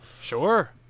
Sure